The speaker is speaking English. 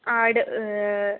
add